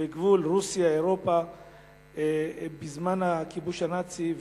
בגבול רוסיה אירופה בזמן הכיבוש הנאצי.